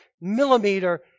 millimeter